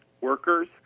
workers